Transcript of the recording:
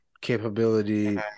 capability